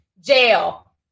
jail